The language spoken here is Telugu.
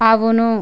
అవును